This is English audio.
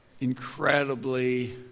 incredibly